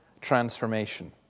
transformation